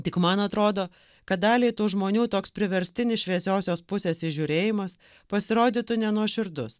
tik man atrodo kad daliai tų žmonių toks priverstinis šviesiosios pusės įžiūrėjimas pasirodytų nenuoširdus